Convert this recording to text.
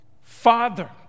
Father